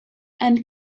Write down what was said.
and